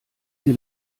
sie